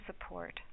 support